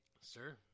Sir